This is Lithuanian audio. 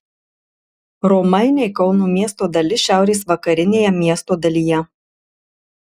romainiai kauno miesto dalis šiaurės vakarinėje miesto dalyje